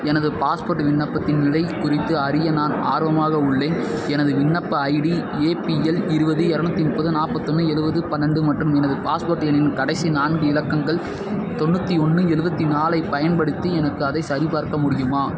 எனது பாஸ்போர்ட் விண்ணப்பத்தின் நிலை குறித்து அறிய நான் ஆர்வமாக உள்ளேன் எனது விண்ணப்ப ஐடி ஏபிஎல் இருபது இரநூத்தி முப்பது நாற்பத்தொன்னு எழுவது பன்னெண்டு மற்றும் எனது பாஸ்போர்ட் எண்ணின் கடைசி நான்கு இலக்கங்கள் தொண்ணூற்றி ஒன்று எழுவத்தி நாலைப் பயன்படுத்தி எனக்கு அதைச் சரிபார்க்க முடியுமா